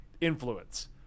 influence